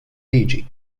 liġi